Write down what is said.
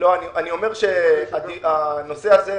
אני אומר שהנושא הזה,